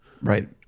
Right